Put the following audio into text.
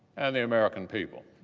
and the american people.